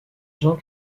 jean